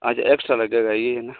अच्छा एक्स्ट्रा लगेगा यही है ना